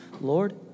Lord